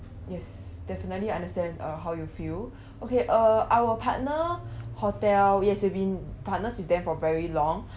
yes definitely understand uh how you feel okay uh our partner hotel we been partners with them for very long